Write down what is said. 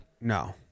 No